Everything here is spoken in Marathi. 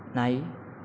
नाही